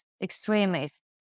extremists